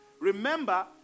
Remember